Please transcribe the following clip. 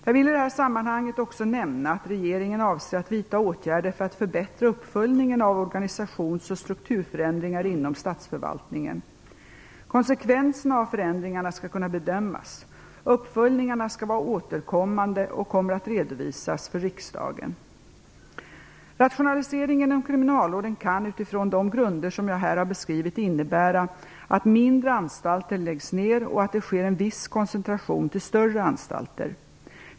Jag vill i detta sammanhang också nämna att regeringen avser att vidta åtgärder för att förbättra uppföljningen av organisations och strukturförändringar inom statsförvaltningen. Konsekvenserna av förändringarna skall kunna bedömas. Uppföljningarna skall vara återkommande och kommer att redovisas för riksdagen. Rationalisering inom kriminalvården kan, utifrån de grunder som jag här har beskrivit, innebära att mindre anstalter läggs ned och att det sker en viss koncentration till större anstalter.